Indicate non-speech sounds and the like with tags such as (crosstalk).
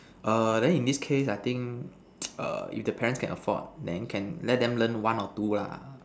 err then in this case I think (noise) err if the parents can afford then can let them learn one or two lah